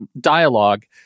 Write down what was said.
dialogue